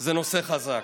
זה נושא חזק.